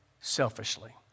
selfishly